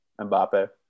Mbappe